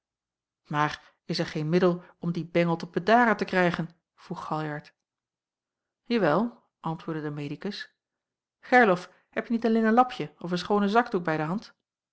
maar is er geen middel om dien bengel tot bedaren te krijgen vroeg galjart jawel antwoordde de medicus gerlof hebje niet een linnen lapje of een schoonen zakdoek bij de hand